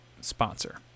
sponsor